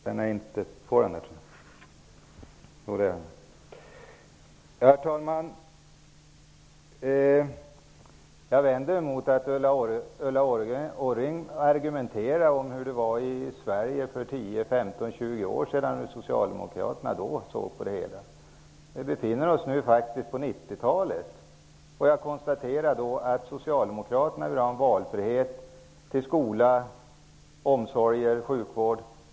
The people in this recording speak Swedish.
Herr talman! Jag vänder mig mot att Ulla Orring argumentarer om hur det var i Sverige för 10, 15 eller 20 år sedan och om hur Socialdemokraterna då såg på frågan. Nu befinner vi oss faktiskt på 90 talet. Jag konstaterar att Socialdemokraterna vill ha valfrihet när det gäller skola, omsorg och sjukvård.